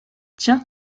tiens